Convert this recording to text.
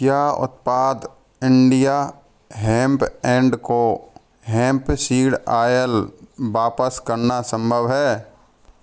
क्या उत्पाद India hemp and co hemp seed oil वापस करना सम्भव है